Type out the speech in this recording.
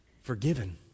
forgiven